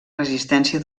resistència